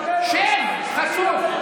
שב, חצוף.